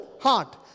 heart